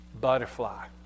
butterfly